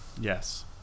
yes